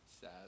Sad